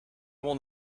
will